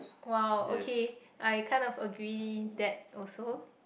!wow! okay I kind of agree that also